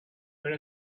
were